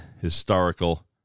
historical